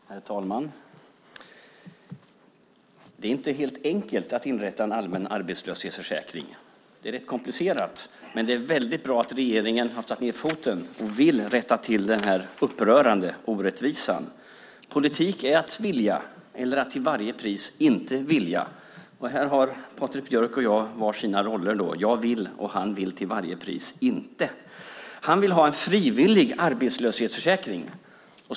Herr talman! Det är inte helt enkelt att inrätta en allmän arbetslöshetsförsäkring. Det är rätt komplicerat, men det är väldigt bra att regeringen har satt ned foten och vill rätta till den här upprörande orättvisan. Politik är att vilja eller att till varje pris inte vilja. Här har Patrik Björck och jag var sin roll. Jag vill, och han vill till varje pris inte. Han vill ha en frivillig arbetslöshetsförsäkring.